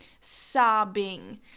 sobbing